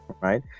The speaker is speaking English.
Right